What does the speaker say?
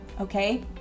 okay